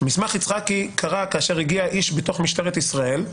מסמך יצחקי קרה כאשר הגיע איש בתוך משטרת ישראל,